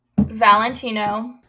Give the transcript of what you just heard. Valentino